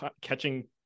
catching